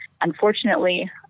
Unfortunately